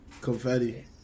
Confetti